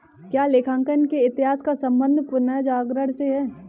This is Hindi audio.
क्या लेखांकन के इतिहास का संबंध पुनर्जागरण से है?